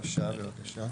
כן, בבקשה, בבקשה.